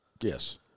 Yes